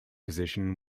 position